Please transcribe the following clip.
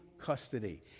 custody